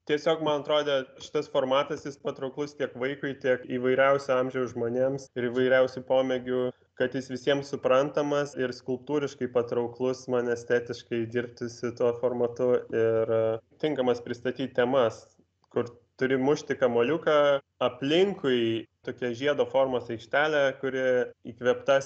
tiesiog man atrodė šitas formatas jis patrauklus tiek vaikui tiek įvairiausio amžiaus žmonėms ir įvairiausių pomėgių kad jis visiems suprantamas ir skulptūriškai patrauklus man estetiškai dirbti su tuo formatu ir tinkamas pristatyt temas kur turi mušti kamuoliuką aplinkui tokia žiedo formos aikštelė kuri įkvėpta